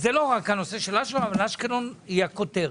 לא רק אשקלון, אבל אשקלון היא הכותרת.